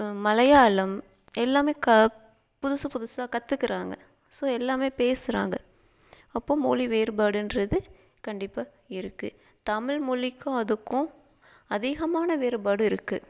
மலையாளம் எல்லாம் க புதுசு புதுசாக கத்துக்குறாங்க ஸோ எல்லாமே பேசுகிறாங்க அப்போது மொழி வேறுபாடுன்றது கண்டிப்பாக இருக்குது தமிழ் மொழிக்கும் அதுக்கும் அதிகமான வேறுபாடு இருக்குது